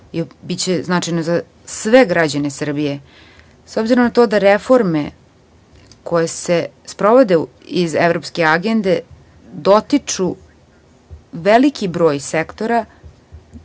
i biće značajno za sve građane Srbije.S obzirom na to da reforme koje se sprovode iz evropske agende dotiču veliki broj sektora,